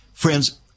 Friends